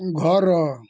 ଘର